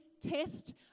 test